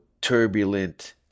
turbulent